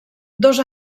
dos